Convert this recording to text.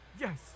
yes